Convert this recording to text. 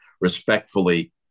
respectfully